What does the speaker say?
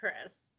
Chris